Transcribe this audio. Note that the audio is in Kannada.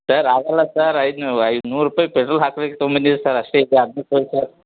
ಸರ್ ಆಗಲ್ಲ ಸರ್ ಐದು ನೂ ಐದು ನೂರ ರೂಪಾಯಿ ಪೆಟ್ರೋಲ್ ಹಾಕ್ಲಿಕ್ಕೆ ತಗೊಂಡು ಬಂದಿದ್ದೆ ಸರ್ ಅಷ್ಟೆ ಇದೆ